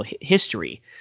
history